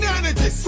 energy